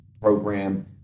program